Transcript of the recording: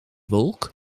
wolk